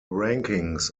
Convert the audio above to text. rankings